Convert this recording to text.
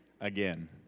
again